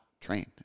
train